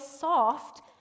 soft